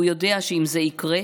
והוא יודע שאם זה יקרה,